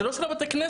הוא לא של בתי הכנסת,